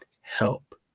help